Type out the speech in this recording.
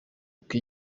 uku